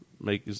make